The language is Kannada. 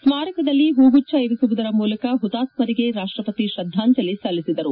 ಸ್ಮಾರಕದಲ್ಲಿ ಹೂ ಗುಚ್ವ ಇರಿಸುವುದರ ಮೂಲಕ ಹುತಾತ್ಮರಿಗೆ ರಾಷ್ವಪತಿ ಶ್ರದ್ಧಾಂಜಲಿ ಸಲ್ಲಿಸಿದರು